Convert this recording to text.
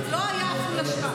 סליחה,